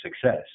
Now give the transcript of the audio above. success